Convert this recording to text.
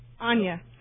Anya